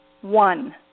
one